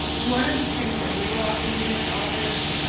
one of the things that we will often do with authors, ah,